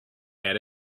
had